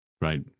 right